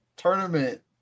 tournament